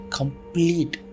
complete